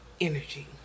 energy